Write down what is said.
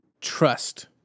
trust